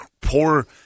poor